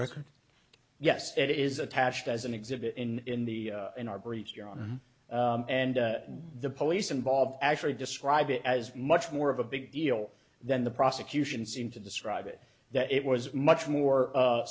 record yes it is attached as an exhibit in in the in our breach your honor and the police involved actually describe it as much more of a big deal than the prosecution seem to describe it that it was much more